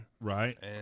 Right